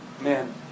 Man